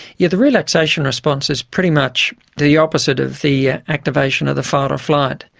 yeah the relaxation response is pretty much the opposite of the activation of the fight or flight.